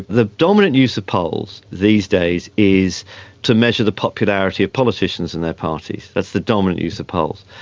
the dominant use of polls these days is to measure the popularity of politicians and their parties, that's the dominant use of polls,